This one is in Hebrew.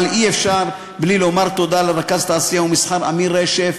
אבל אי-אפשר בלי לומר תודה לרכז תעשייה ומסחר אמיר רשף,